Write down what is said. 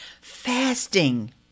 fasting